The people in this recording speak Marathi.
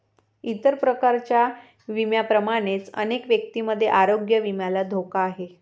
इतर प्रकारच्या विम्यांप्रमाणेच अनेक व्यक्तींमध्ये आरोग्य विम्याला धोका आहे